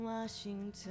Washington